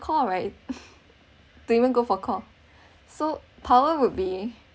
core right to even go for core so power would be